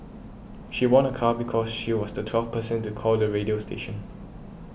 she won a car because she was the twelfth person to call the radio station